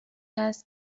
است